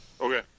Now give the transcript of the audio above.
Okay